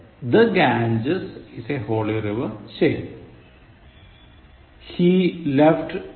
The Ganges is a holy river ശരി